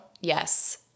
Yes